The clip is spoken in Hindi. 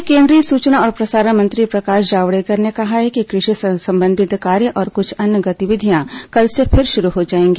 वहीं केंद्रीय सूचना और प्रसारण मंत्री प्रकाश जावड़ेकर ने कहा है कि कृषि से संबंधित कार्य और कृछ अन्य गतिविधियां कल से फिर शुरू हो जायेंगी